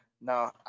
No